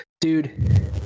Dude